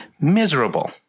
miserable